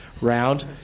round